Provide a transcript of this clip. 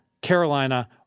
Carolina